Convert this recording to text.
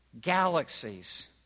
galaxies